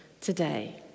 today